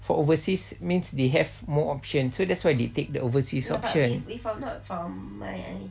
for overseas means they have more option so that's why they take the overseas option